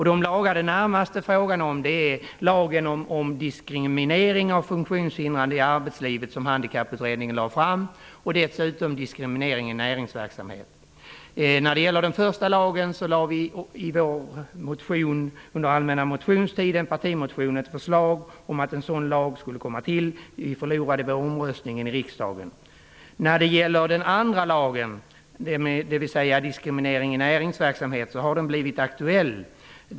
De lagar det närmast är fråga om är lagen om diskriminering av funktionshindrade i arbetslivet, som Handikapputredningen lade fram förslag om, och lagstiftning om diskriminering i näringsverksamhet. Under den allmänna motionstiden har vi i en partimotion lämnat ett förslag beträffande den förstnämnda lagen. Vi förlorade omröstningen i riksdagen. Lagen om diskriminering i näringsverksamhet har blivit aktuell.